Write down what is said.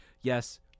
Yes